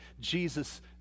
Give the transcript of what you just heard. Jesus